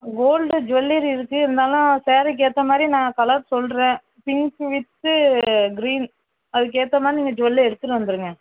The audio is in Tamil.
கோல்டு ஜுவெல்லரி இருக்குது இருந்தாலும் ஸாரீக்கு ஏற்ற மாதிரி நான் கலர் சொல்கிறேன் பிங்க்கு வித்து க்ரீன் அதுக்கு ஏற்ற மாதிரி நீங்கள் ஜுவெல் எடுத்துகிட்டு வந்திருங்க